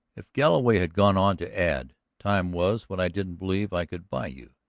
if galloway had gone on to add time was when i didn't believe i could buy you,